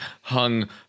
hung